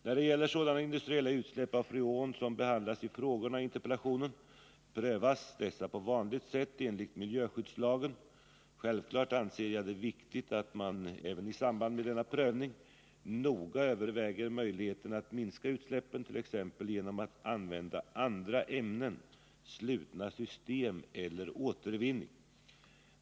När det gäller sådana industriella utsläpp av freon som behandlas i frågorna och interpellationen prövas dessa på vanligt sätt enligt miljöskyddslagen. Självfallet anser jag det viktigt att man även i samband med denna prövning noga överväger möjligheterna att minska utsläppen, t.ex. genom att använda andra ämnen, slutna system eller återvinning.